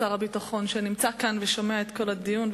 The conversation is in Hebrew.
הביטחון, שנמצא כאן ושומע את כל הדיון.